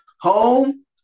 Home